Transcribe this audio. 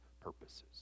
purposes